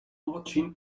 watching